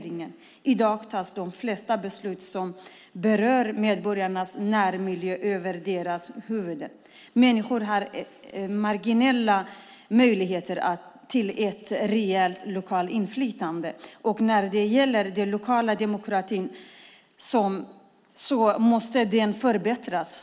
I dag tas de flesta beslut som berör medborgarnas närmiljö över deras huvuden. Människor har marginella möjligheter till ett reellt lokalt inflytande. Den lokala demokratin måste därför förbättras.